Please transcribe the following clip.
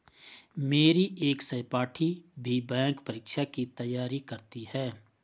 मेरी एक सहपाठी भी बैंक परीक्षा की ही तैयारी करती है